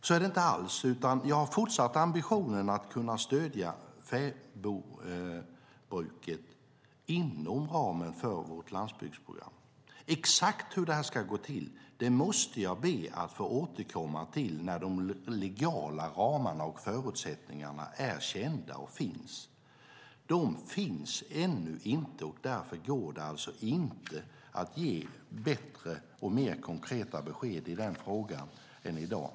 Så är det inte alls, utan jag har fortsatt ambitionen att kunna stödja fäbodbruket inom ramen för vårt landsbygdsprogram. Exakt hur det ska gå till måste jag be att få återkomma till när de legala ramarna och förutsättningarna är kända och finns. De finns ännu inte. Därför går det alltså inte att ge bättre och mer konkreta besked i den frågan än i dag.